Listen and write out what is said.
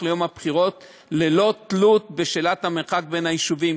ליום הבחירות ללא תלות בשאלת המרחק בין היישובים,